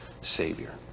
Savior